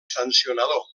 sancionador